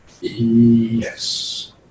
Yes